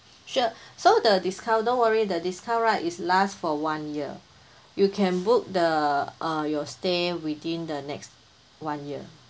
sure so the discount don't worry the discount right is last for one year you can book the uh your stay within the next one year